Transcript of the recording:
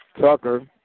Tucker